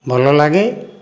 ଭଲଲାଗେ